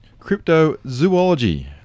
cryptozoology